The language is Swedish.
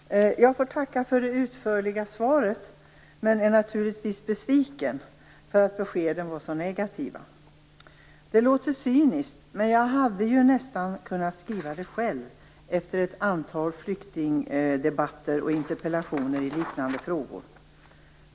Fru talman! Jag får tacka för det utförliga svaret men är naturligtvis besviken över att beskeden var så negativa. Det låter cyniskt, men jag hade nästan kunnat skriva det själv efter ett antal flyktingdebatter och interpellationer i liknande frågor.